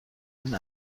این